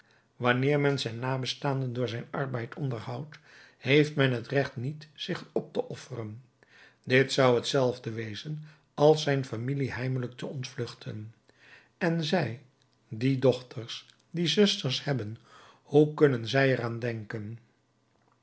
wanneer men zijn naastbestaanden door zijn arbeid onderhoudt heeft men het recht niet zich op te offeren dit zou t zelfde wezen als zijn familie heimelijk te ontvluchten en zij die dochters die zusters hebben hoe kunnen zij er aan denken